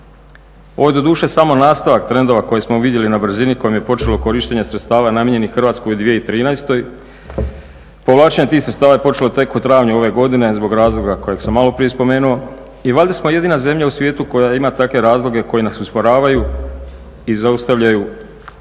Ovo je doduše samo nastavak trendova koje smo vidjeli na brzini kojom je počelo korištenje sredstava namijenjenih Hrvatskoj u 2013., povlačenje tih sredstva je počelo tek u travnju ove godine zbog razloga koje sa maloprije spomenuo i valjda smo jedina zemlja u svijetu koja ima takve razloge koji nas usporavaju i zaustavljaju